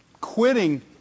Quitting